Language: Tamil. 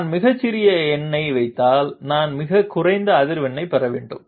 நான் மிகச்சிறிய எண்ணை வைத்தால் நான் மிகக் குறைந்த அதிர்வெண்ணைப் பெற வேண்டும்